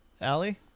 Allie